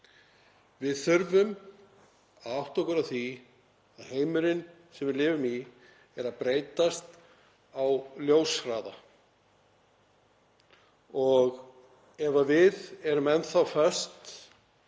Við þurfum að átta okkur á því að heimurinn sem við lifum í er að breytast á ljóshraða og ef við erum enn þá föst